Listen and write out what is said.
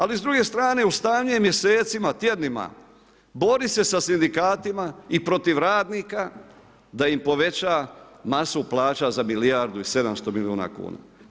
Ali s druge strane u stanju je mjesecima, tjednima borit se sa sindikatima i protiv radnika da im poveća masu plaću za milijardu i 700 milijuna kuna.